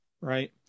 right